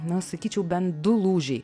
na sakyčiau bent du lūžiai